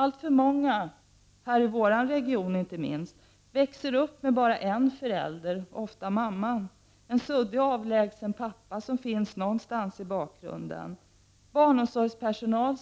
Alltför många, inte minst i vår region, växer upp med bara en förälder, ofta mamma, medan pappa finns som en suddig avlägsen figur någonstans i bakgrunden. Barnomsorgspersonal